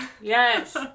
Yes